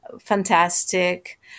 fantastic